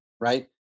Right